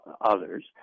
others